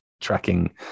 tracking